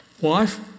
wife